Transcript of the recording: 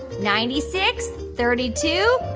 ninety six, thirty two.